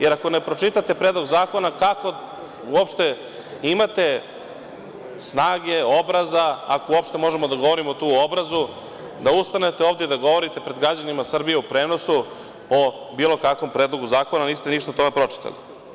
Jer ako ne pročitate predlog zakona kako uopšte imate snage, obraza, ako uopšte možemo da govorimo tu o obrazu, da ustanete ovde da govorite pred građanima Srbije u prenosu o bilo kakvom predlogu zakona, a niste ništa o tome pročitali.